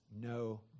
no